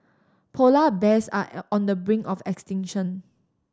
polar bears are on the brink of extinction